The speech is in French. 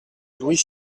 louis